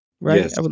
right